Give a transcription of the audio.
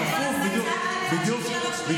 אבל זה התפקיד, להשקיע במשילות, להשקיע בתעסוקה.